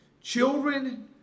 Children